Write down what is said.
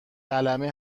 قلمه